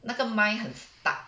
那个 mind 很 stuck